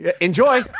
enjoy